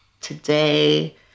today